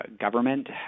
government